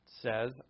says